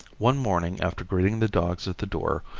one morning after greeting the dogs at the door,